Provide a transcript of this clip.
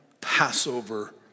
Passover